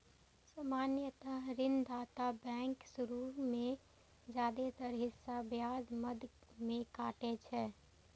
सामान्यतः ऋणदाता बैंक शुरू मे जादेतर हिस्सा ब्याज मद मे काटै छै